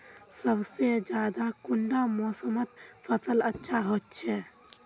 सबसे ज्यादा कुंडा मोसमोत फसल अच्छा होचे?